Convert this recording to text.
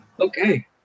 Okay